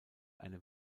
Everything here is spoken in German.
eine